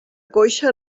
coixa